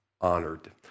honored